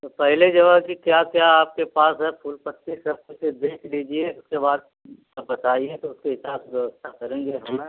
तो पहले जो है कि क्या क्या आपके पास है फूल पत्ती सब कुछ देख लीजिए उसके बाद आप बताइए तो उसके हिसाब से व्यवस्था करेंगे हमें